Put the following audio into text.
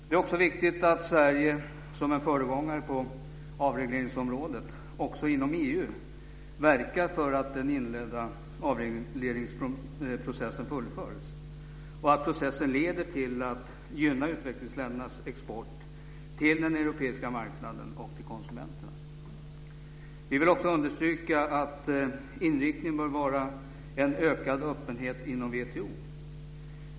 Det är också viktigt att Sverige som en föregångare på avregleringsområdet även inom EU verkar för att den inledda avregleringsprocessen fullföljs och att processen leder till att gynna utvecklingsländernas export till den europeiska marknaden och till konsumenterna. Vi vill också understryka att inriktningen bör vara en ökad öppenhet inom WTO.